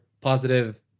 positive